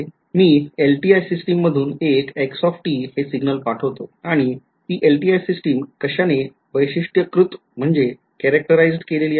मी LTI system मधून एक x हे सिग्नल पाठवतो आणि ती LTI सिस्टिम कश्याने वैशिष्ट्यीकृत केलेली आहे